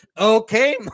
okay